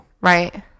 Right